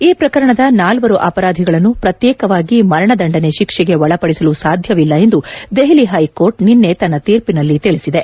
ಈ ಪ್ರಕರಣದ ನಾಲ್ವರು ಅಪರಾಧಿಗಳನ್ನು ಪ್ರತ್ಯೇಕವಾಗಿ ಮರಣದಂಡನೆ ಶಿಕ್ಷೆಗೆ ಒಳಪಡಿಸಲು ಸಾಧ್ಯವಿಲ್ಲ ಎಂದು ದೆಹಲಿ ಹೈಕೋರ್ಟ್ ನಿನ್ನೆ ತನ್ನ ತೀರ್ಪಿನಲ್ಲಿ ತಿಳಿಸಿದೆ